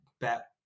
bet